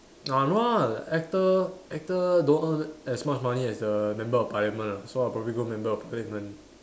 uh no ah actor actor don't earn as much money as the member of parliament ah so I'll probably go member of parliament